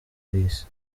isi